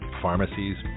pharmacies